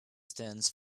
stands